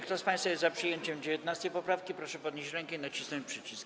Kto z państwa jest za przyjęciem 19. poprawki, proszę podnieść rękę i nacisnąć przycisk.